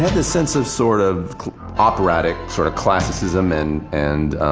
the sense of sort of operatic sort of classicism and and